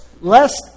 lest